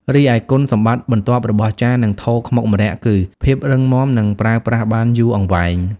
រីឯគុណសម្បត្តិបន្ទាប់របស់ ចាន និងថូខ្មុកម្រ័ក្សណ៍គឺ ភាពរឹងមាំនិងប្រើប្រាស់បានយូរអង្វែង។